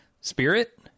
spirit